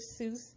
Seuss